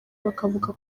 bakavuga